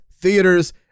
theaters